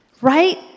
right